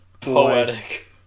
poetic